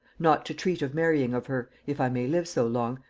not to treat of marrying of her, if i may live so long,